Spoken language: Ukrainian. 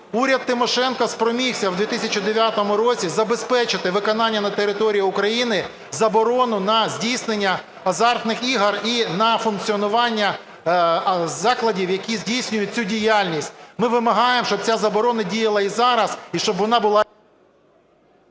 Уряд Тимошенко спромігся в 2009 році забезпечити виконання на території України заборону на здійснення азартних ігор і на функціонування закладів, які здійснюють цю діяльність. Ми вимагаємо, щоб ця заборона діяла і зараз і щоб вона була...